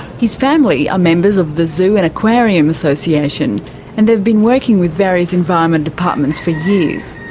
his family are members of the zoo and aquarium association and they've been working with various environment departments for years.